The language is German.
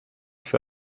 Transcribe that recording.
für